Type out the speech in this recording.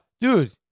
Dude